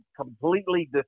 completely